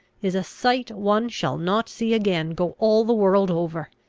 is a sight one shall not see again, go all the world over.